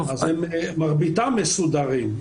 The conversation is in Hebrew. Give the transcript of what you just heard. מרביתם מסודרים.